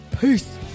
Peace